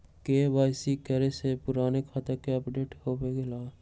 KYC करें से पुराने खाता के अपडेशन होवेई?